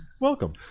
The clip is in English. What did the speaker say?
welcome